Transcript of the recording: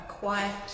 quiet